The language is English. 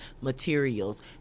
materials